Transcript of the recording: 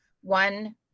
one